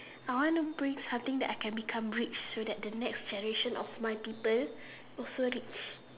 I want to bring something that I can become rich so that the next generation of my people also rich